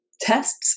Tests